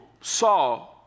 saw